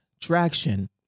traction